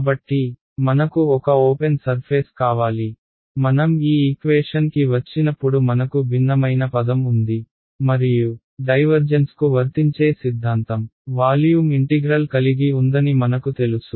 కాబట్టి మనకు ఒక ఓపెన్ సర్ఫేస్ కావాలి మనం ఈ ఈక్వేషన్ కి వచ్చినప్పుడు మనకు భిన్నమైన పదం ఉంది మరియు డైవర్జెన్స్ కు వర్తించే సిద్ధాంతం వాల్యూమ్ ఇంటిగ్రల్ కలిగి ఉందని మనకు తెలుసు